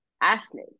Ashley